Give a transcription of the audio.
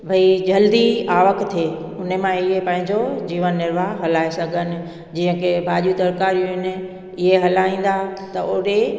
भई जल्दी आवक थिए उन में मां ईअं पंहिंजो जीवन निर्वाह हलाए सघनि जीअं की भाॼी तरकारियूं आहिनि इए हलाईंदा त ओहिड़े